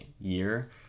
year